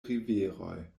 riveroj